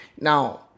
Now